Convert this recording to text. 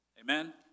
Amen